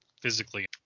physically